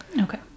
Okay